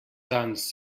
sants